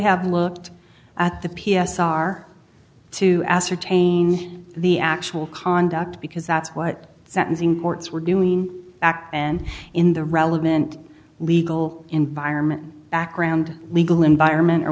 have looked at the p s r to ascertain the actual conduct because that's what the sentencing courts were doing and in the relevant legal environment background legal environment or